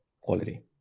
quality